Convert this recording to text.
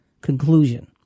conclusion